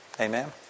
Amen